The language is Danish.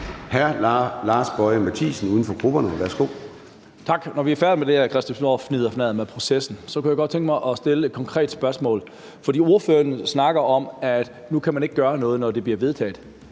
10:42 Lars Boje Mathiesen (UFG): Tak. Når vi er færdige med det her christiansborgfnidderfnadder om processen, kunne jeg godt tænke mig at stille et konkret spørgsmål. For ordføreren snakker om, at man ikke kan gøre noget nu, når det bliver vedtaget,